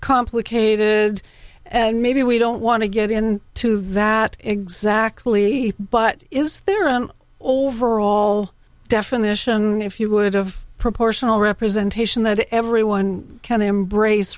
complicated and maybe we don't want to get in to that exactly but is there an overall definition if you would of proportional representation that everyone can embrace